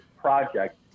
project